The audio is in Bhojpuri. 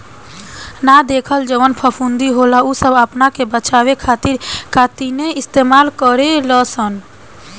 ना देखल जवन फफूंदी होला उ सब आपना के बचावे खातिर काइतीने इस्तेमाल करे लसन